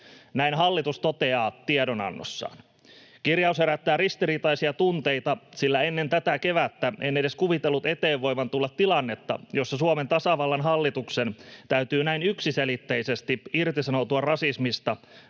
Näin hallitus toteaa tiedonannossaan. Kirjaus herättää ristiriitaisia tunteita, sillä ennen tätä kevättä en edes kuvitellut eteen voivan tulla tilannetta, jossa Suomen tasavallan hallituksen täytyy näin yksiselitteisesti irtisanoutua rasismista